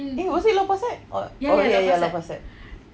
eh was it lau pa sat oh ya ya ya lau pa sat